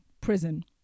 prison